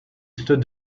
stood